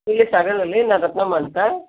ಇಲ್ಲಿ ಸಾಗರದಲ್ಲಿ ನಾನು ರತ್ನಮ್ಮ ಅಂತ